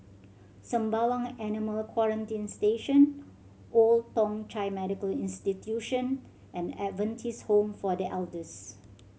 Sembawang Animal Quarantine Station Old Thong Chai Medical Institution and Adventist Home for The Elders